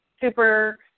super